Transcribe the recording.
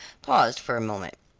paused for a moment.